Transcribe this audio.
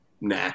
Nah